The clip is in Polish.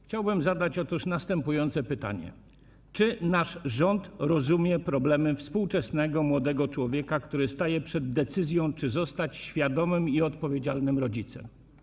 Chciałbym zadać następujące pytanie: Czy nasz rząd rozumie problemy współczesnego młodego człowieka, który staje przed decyzją, czy zostać świadomym i odpowiedzialnym rodzicem?